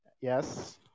Yes